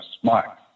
smart